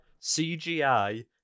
CGI